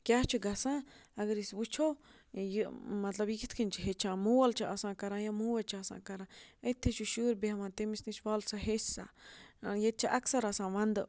کیٛاہ چھُ گَژھان اگر أسۍ وٕچھو یہِ مطلب یہِ کِتھ کٔنۍ چھِ ہیٚچھان مول چھِ آسان کَران یا موج چھےٚ آسان کَران أتھی چھُ شُرۍ بیٚہوان تٔمِس نِش وَل سا ہیٚچھۍ سا ییٚتہِ چھِ اَکثر آسان وَندٕ